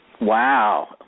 Wow